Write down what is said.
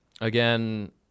again